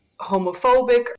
homophobic